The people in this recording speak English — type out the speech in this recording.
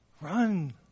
Run